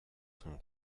son